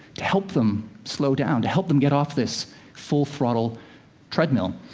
to help them slow down, to help them get off this full-throttle treadmill.